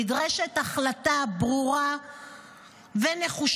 נדרשת החלטה ברורה ונחושה,